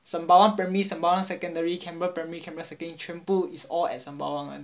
sembawang primary sembawang secondary canberra primary canberra secondary 全部 is all at sembawang [one]